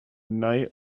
night